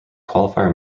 qualifier